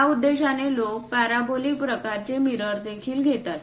त्या उद्देशाने लोक पॅराबोलिक प्रकारचे मिरर देखील घेतात